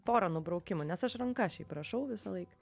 porą nubraukimų nes aš ranka šiaip rašau visąlaik